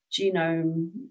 Genome